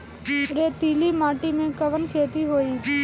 रेतीली माटी में कवन खेती होई?